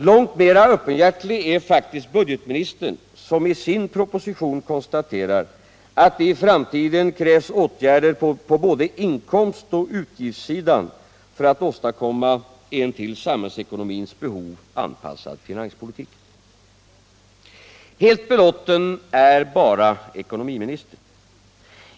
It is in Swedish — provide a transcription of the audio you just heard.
Långt mera öppenhjärtig är faktiskt budgetministern, som i sin proposition konstaterar att det i framtiden krävs åtgärder på både inkomst och utgiftssidan för att åstadkomma en till samhällsekonomins behov anpassad finanspolitik. Helt belåten är bara ekonomiministern.